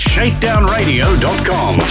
ShakedownRadio.com